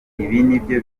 nibyo